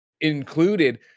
included